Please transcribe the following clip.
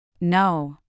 No